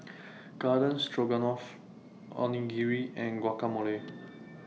Garden Stroganoff Onigiri and Guacamole